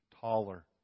taller